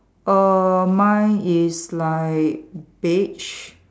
err mine is like beige